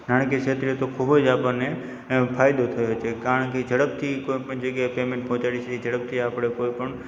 નાણાકીય ક્ષેત્રે તો ખૂબ જ આપણને ફાયદો થયો છે કારણ કે ઝડપથી કોઇપણ જગ્યાએ પેમેન્ટ પહોંચાડી શકીએ ઝડપથી આપણે કોઈપણ